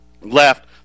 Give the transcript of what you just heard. left